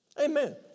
Amen